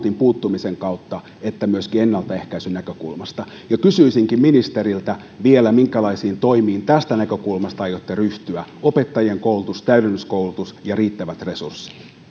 puuttumisen kautta että myöskin ennaltaehkäisyn näkökulmasta kysyisinkin ministeriltä vielä minkälaisiin toimiin tästä näkökulmasta aiotte ryhtyä opettajankoulutus täydennyskoulutus ja riittävät resurssit